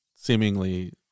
seemingly